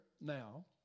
now